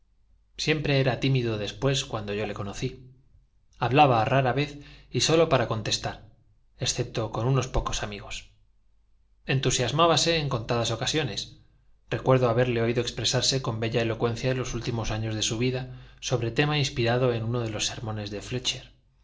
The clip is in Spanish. siempre era tímido después cuando yo le conocí hablaba rara vez y sólo para contestar excepto con unos pocos amigos entusiasmábase en contadas ocasiones recuerdo haberle oído expresarse con bella elocuencia en los últimos años de su vida sobre tema inspirado en uno de los sermones de